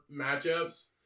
matchups